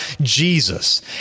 Jesus